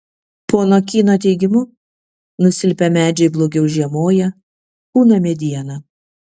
pono kyno teigimu nusilpę medžiai blogiau žiemoja pūna mediena